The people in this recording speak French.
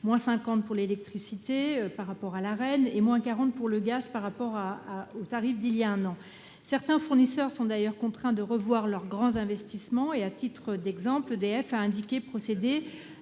50 % pour l'électricité par rapport à l'Arenh et 40 % pour le gaz par rapport aux tarifs d'il y a un an. Certains fournisseurs sont d'ailleurs contraints de revoir leurs grands investissements. À titre d'exemple, EDF a indiqué procéder